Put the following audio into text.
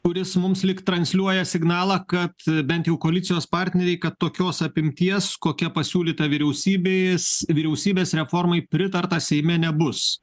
kuris mums lyg transliuoja signalą kad bent jau koalicijos partneriai kad tokios apimties kokia pasiūlyta vyriausybės vyriausybės reformai pritarta seime nebus